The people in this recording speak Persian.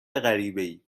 غریبهای